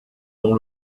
dont